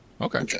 Okay